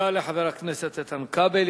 תודה לחבר הכנסת איתן כבל.